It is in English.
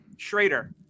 schrader